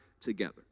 together